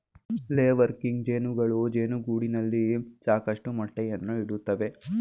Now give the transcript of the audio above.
ಲೇ ವರ್ಕಿಂಗ್ ಜೇನುಗಳು ಜೇನುಗೂಡಿನಲ್ಲಿ ಸಾಕಷ್ಟು ಮೊಟ್ಟೆಯನ್ನು ಇಡುತ್ತವೆ